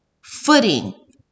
footing